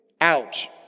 Ouch